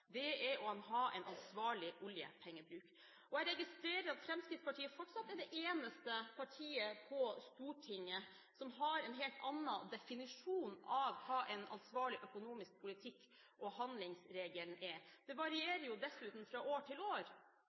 førstelinjeforsvar er å ha en ansvarlig oljepengebruk. Jeg registrerer at Fremskrittspartiet fortsatt er det eneste partiet på Stortinget som har en helt annen definisjon av hva en ansvarlig økonomisk politikk – og handlingsregelen – er. Det varierer jo dessuten fra år til år.